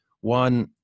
one